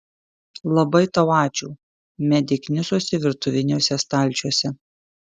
labai tau ačiū medė knisosi virtuviniuose stalčiuose